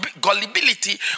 gullibility